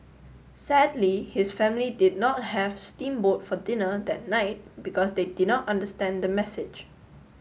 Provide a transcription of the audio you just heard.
sadly his family did not have steam boat for dinner that night because they did not understand the message